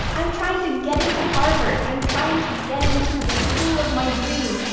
i'm trying to get into harvard. i'm trying to get into the school of my dreams.